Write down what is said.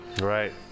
right